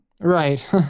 Right